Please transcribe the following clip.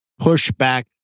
pushback